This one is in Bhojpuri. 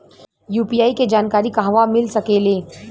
यू.पी.आई के जानकारी कहवा मिल सकेले?